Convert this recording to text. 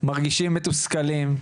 מרגישים מתוסכלים.